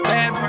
Bad